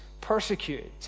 persecuted